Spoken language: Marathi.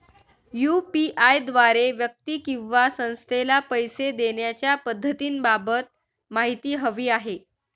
यू.पी.आय द्वारे व्यक्ती किंवा संस्थेला पैसे देण्याच्या पद्धतींबाबत माहिती हवी आहे